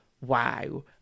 wow